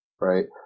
Right